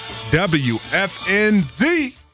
WFNZ